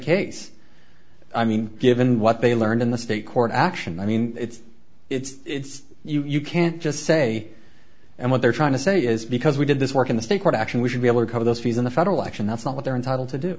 case i mean given what they learned in the state court action i mean it's it's it's you can't just say and what they're trying to say is because we did this work in the state court action we should be able to cover those fees in the federal election that's not what they're entitled to do